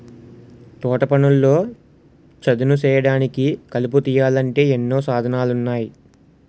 తోటపనుల్లో చదును సేయడానికి, కలుపు తీయాలంటే ఎన్నో సాధనాలున్నాయి